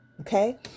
Okay